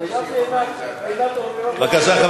לא הבנתי, לא הבנתי.